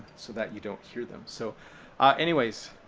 so that you don't hear them. so anyways,